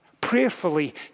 prayerfully